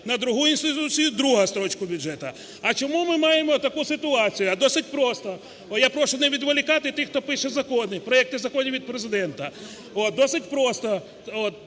на другу інституцію – друга строчка бюджету. А чому ми маємо таку ситуацію? А досить просто. Я прошу не відволікати тих, хто пише закони, проекти законів від Президента. Досить просто.